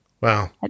Wow